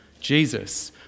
Jesus